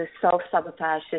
self-sabotage